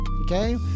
Okay